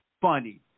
funny